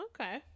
Okay